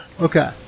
Okay